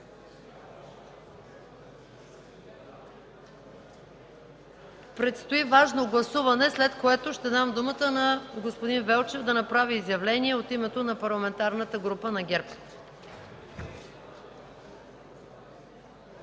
Предстои важно гласуване, след което ще дам думата на господин Велчев да направи изявление от името на Парламентарната група на ГЕРБ.